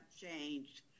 changed